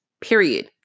Period